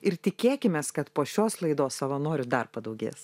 ir tikėkimės kad po šios laidos savanorių dar padaugės